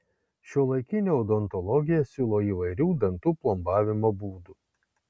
šiuolaikinė odontologija siūlo įvairių dantų plombavimo būdų